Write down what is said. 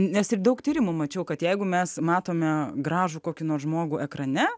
nes ir daug tyrimų mačiau kad jeigu mes matome gražų kokį nors žmogų ekrane